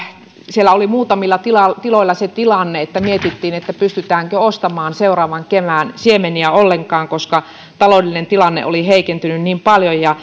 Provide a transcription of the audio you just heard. siellä oli muutamilla tiloilla tiloilla se tilanne että mietittiin pystytäänkö ostamaan seuraavan kevään siemeniä ollenkaan koska taloudellinen tilanne oli heikentynyt niin paljon